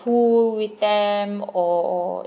pool with them or or